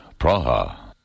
Praha